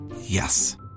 Yes